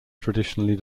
traditionally